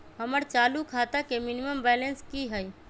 हमर चालू खाता के मिनिमम बैलेंस कि हई?